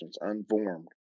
unformed